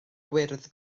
gwyrdd